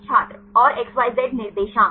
छात्र और XYZ निर्देशांक